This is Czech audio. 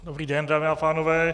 Dobrý den, dámy a pánové.